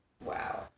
Wow